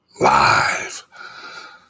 live